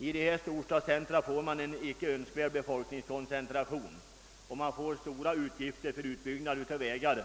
I storstadscentra uppstår en icke önskvärd befolkningskoncentration, som medför betydande utgifter för samhället i form av utbyggnad av vägar,